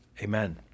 Amen